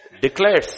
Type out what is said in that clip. declares